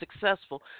successful